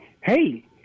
hey